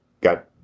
got